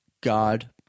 God